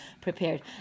prepared